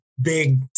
big